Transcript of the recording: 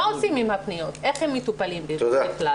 מה עושים עם הפניות, איך הם מטופלים בכלל.